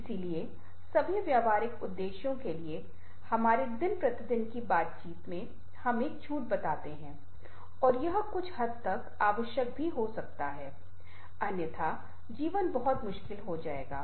इसलिए सभी व्यावहारिक उद्देश्यों के लिए हमारे दिन प्रतिदिन की बातचीत में हम एक झूठ बताते हैं और यह कुछ हद तक आवश्यक भी हो सकता है अन्यथा जीवन बहुत मुश्किल हो जाएगा